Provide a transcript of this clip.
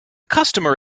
customer